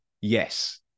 Yes